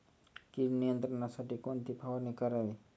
कीड नियंत्रणासाठी कोणती फवारणी करावी?